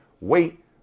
wait